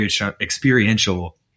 experiential